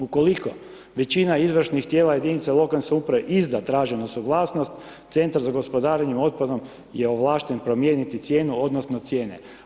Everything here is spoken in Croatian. Ukoliko većina izvršnih tijela jedinica lokalne samouprave izda traženu suglasnost Centar za gospodarenje otpadom je ovlašten promijeniti cijenu, odnosno cijene.